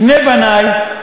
שני בני,